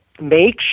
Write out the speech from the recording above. make